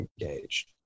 engaged